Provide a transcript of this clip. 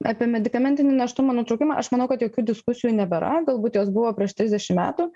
apie medikamentinį nėštumo nutraukimą aš manau kad jokių diskusijų nebėra galbūt jos buvo prieš trisdešim metų